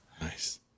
Nice